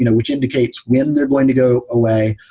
you know which indicates when they're going to go away,